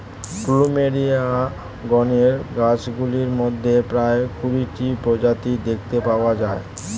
plumeria গণের গাছগুলির মধ্যে প্রায় কুড়িটি প্রজাতি দেখতে পাওয়া যায়